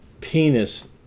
penis